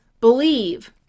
believe